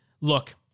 Look